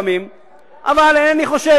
אבל אינני חושש,